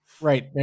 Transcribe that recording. right